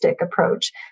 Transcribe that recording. approach